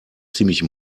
ziemlich